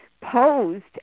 posed